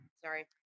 Sorry